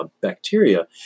bacteria